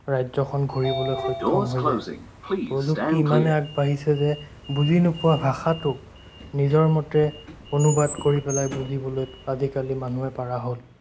ৰাজ্যখন ঘূৰিবলৈ সক্ষম হৈ যায় প্ৰযুক্তি ইমানেই আগবাঢ়িছে যে বুজি নোপোৱা ভাষাটোক নিজৰ মতে অনুবাদ কৰি পেলাই বুজিবলৈ আজিকালি মানুহে পৰা হ'ল